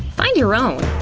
find your own.